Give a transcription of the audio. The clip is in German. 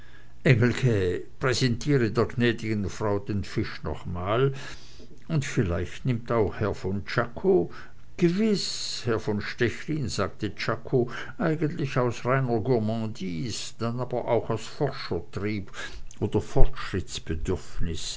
engelke präsentiere der gnäd'gen frau den fisch noch mal und vielleicht nimmt auch herr von czako gewiß herr von stechlin sagte czako erstlich aus reiner gourmandise dann aber auch aus forschertrieb oder